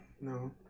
No